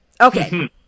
Okay